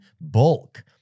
bulk